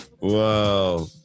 Whoa